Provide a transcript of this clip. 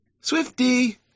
Swifty